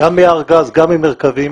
גם מהארגז וגם ממרכבים.